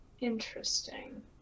interesting